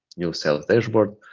new sale dashboard